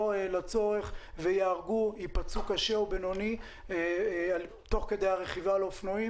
לצורך וייהרגו או ייפצעו קשה ובינוני תוך כדי רכיבה על אופנוע.